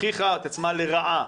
הוכיחה את עצמה לרעה.